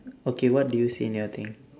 okay what do you see in your thing